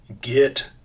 get